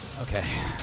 okay